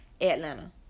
Atlanta